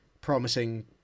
promising